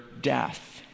death